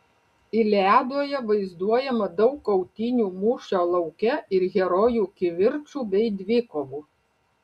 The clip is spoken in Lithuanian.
iliadoje vaizduojama daug kautynių mūšio lauke ir herojų kivirčų bei dvikovų